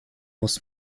muss